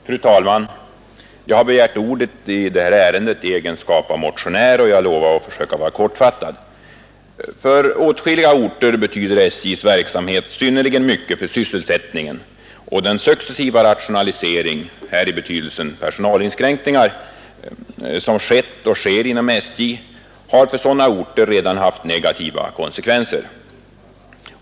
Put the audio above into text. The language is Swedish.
Fru talman! Jag har begärt ordet i detta ärende i egenskap av motionär, och jag lovar att fatta mig kort. För åtskilliga orter betyder SJ:s verksamhet synnerligen mycket för sysselsättningen, och den successiva rationalisering, här i betydelsen personalinskränkningar, som skett och sker inom SJ har för sådana orter redan haft negativa konsekvenser.